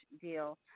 deal